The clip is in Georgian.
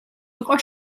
იყო